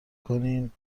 کنین